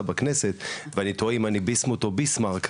בכנסת ואני תוהה אם אני ביסמוט או ביסמרק,